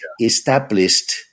established